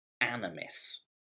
animus